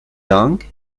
dank